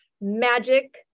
magic